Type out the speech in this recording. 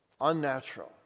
unnatural